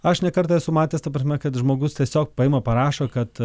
aš ne kartą esu matęs ta prasme kad žmogus tiesiog paima parašo kad